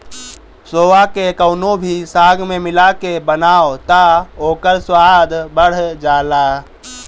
सोआ के कवनो भी साग में मिला के बनाव तअ ओकर स्वाद बढ़ जाला